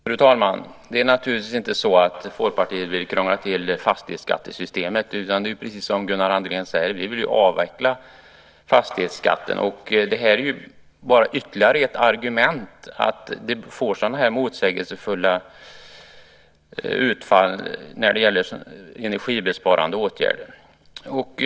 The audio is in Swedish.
Fru talman! Det är naturligtvis inte så att Folkpartiet vill krångla till fastighetsskattesystemet. Det är precis som Gunnar Andrén säger: Vi vill avveckla fastighetsskatten. Att det får sådana här motsägelsefulla utfall när det gäller energibesparande åtgärder är bara ytterligare ett argument.